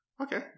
Okay